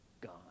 gone